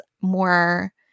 more